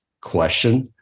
question